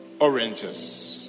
oranges